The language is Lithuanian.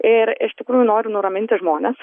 ir iš tikrųjų noriu nuraminti žmones